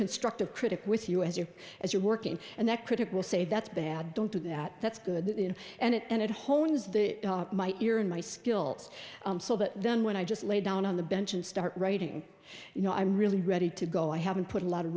constructive critic with you as you as you're working and that critic will say that's bad don't do that that's good and it hones the my ear and my skills but then when i just lay down on the bench and start writing you know i'm really ready to go i haven't put a lot of